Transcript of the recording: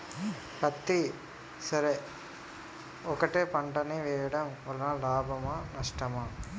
పత్తి సరి ఒకటే పంట ని వేయడం వలన లాభమా నష్టమా?